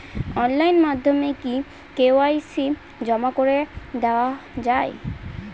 Online মাধ্যমে কি KYC জমা করে দেওয়া য়ায়?